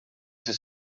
ser